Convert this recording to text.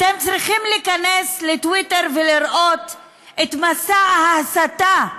אתם צריכים להיכנס לטוויטר ולראות את מסע ההסתה וההשמצה,